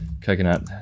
Coconut